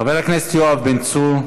חבר הכנסת יואב בן צור.